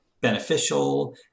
beneficial